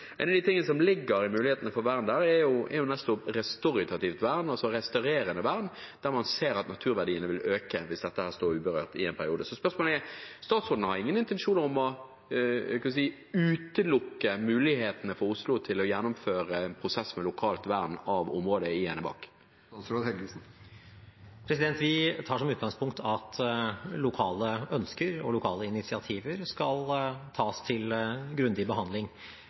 av det som ligger i mulighetene for vern der, er nettopp restoritativt vern, altså restaurerende vern, der man ser at naturverdiene vil øke hvis dette står uberørt i en periode. Så spørsmålet er: Har statsråden har ingen intensjoner om å utelukke mulighetene for Oslo til å gjennomføre en prosess med lokalt vern av området i Enebakk? Vi tar som utgangspunkt at lokale ønsker og lokale initiativer skal behandles grundig.